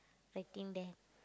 writing there